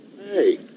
Hey